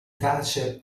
tace